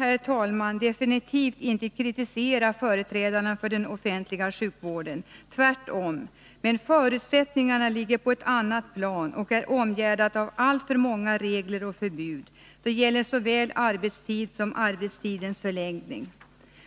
Jag vill definitivt inte kritisera företrädarna för den offentliga sjukvården — tvärtom. Men förutsättningarna ligger på ett annat plan och är omgärdade av alltför många regler och förbud. Det gäller såväl arbetstid som arbetstidens förläggning.